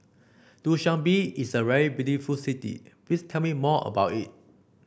Dushanbe is a very beautiful city please tell me more about it